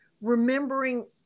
remembering